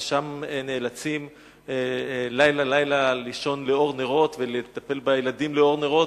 ושם נאלצים לילה לילה לישון לאור נרות ולטפל בילדים לאור נרות,